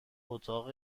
اتاق